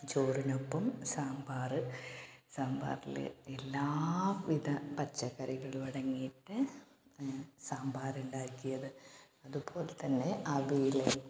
ചോറിനൊപ്പം സാമ്പാർ സാമ്പാറിൽ എല്ലാവിധ പച്ചക്കറികളും അടങ്ങിയിട്ട് സാമ്പാർ ഉണ്ടാക്കിയത് അത് പോലെ തന്നെ അവിയൽ